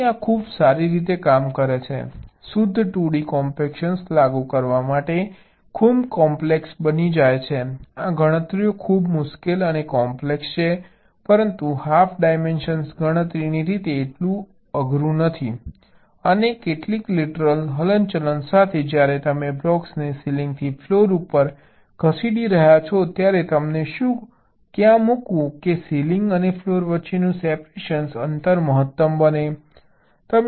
તેથી આ ખૂબ સારી રીતે કામ કરે છે શુદ્ધ 2d કોમ્પ્ક્શન લાગુ કરવા માટે ખૂબ કોમ્પ્લેક્સ બની જાય છે આ ગણતરી ખૂબ મુશ્કેલ કોમ્પ્લેક્સ છે પરંતુ હાફ ડાયમેન્શન ગણતરીની રીતે એટલું સઘન નથી અને કેટલીક લેટરલ હલનચલન સાથે જ્યારે તમે બ્લોકને સીલિંગથી ફ્લોર ઉપર ખસેડી રહ્યા હો ત્યારે તમને શું ક્યાં મૂકવું કે સીલિંગ અને ફ્લોર વચ્ચેનું સેપરેશન અંતર મહત્તમ બને છે